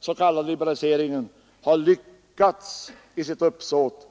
s.k. liberalisering, har lyckats i sitt uppsåt.